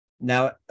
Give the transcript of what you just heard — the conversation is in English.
Now